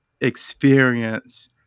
experience